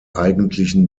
eigentlichen